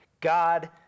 God